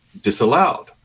disallowed